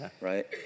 right